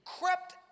crept